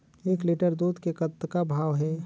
एक लिटर दूध के कतका भाव हे?